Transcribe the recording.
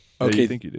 Okay